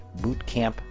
bootcamp